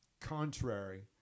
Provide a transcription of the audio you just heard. contrary